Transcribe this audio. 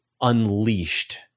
unleashed